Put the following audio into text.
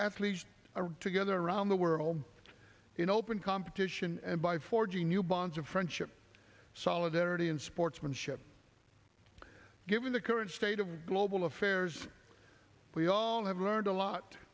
athletes together around the world in open competition and by forging new bonds of friendship solidarity and sportsmanship given the current state of global affairs we all have learned a lot